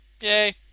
Yay